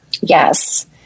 Yes